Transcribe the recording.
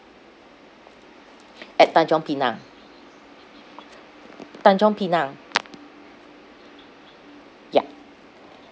at tanjung pinang tanjung pinang ya